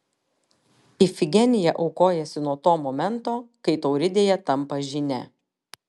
ifigenija aukojasi nuo to momento kai tauridėje tampa žyne